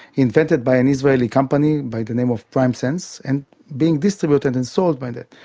invented by an israeli company by the name of primesense and being distributed and sold by them.